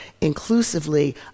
inclusively